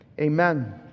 Amen